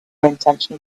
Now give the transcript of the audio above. intention